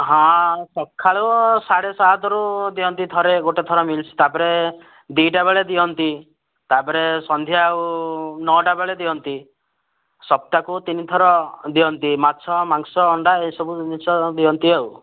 ହଁ ସକାଳୁ ସାଢ଼େ ସାତରୁ ଦିଅନ୍ତି ଥରେ ଗୋଟେ ଥର ମିଲସ୍ ତା'ପରେ ଦୁଇଟା ବେଳେ ଦିଅନ୍ତି ତା'ପରେ ସନ୍ଧ୍ୟା ଆଉ ନଅଟା ବେଳେ ଦିଅନ୍ତି ସପ୍ତାହକୁ ତିନି ଥର ଦିଅନ୍ତି ମାଛ ମାଂସ ଅଣ୍ଡା ଏସବୁ ଜିନିଷ ଦିଅନ୍ତି ଆଉ